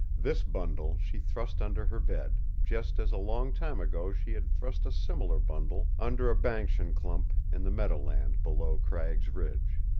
this bundle she thrust under her bed, just as a long time ago she had thrust a similar bundle under a banksian clump in the meadowland below cragg's ridge.